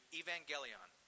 evangelion